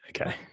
okay